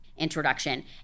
Introduction